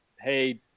hey